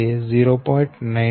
266 j 0